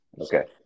Okay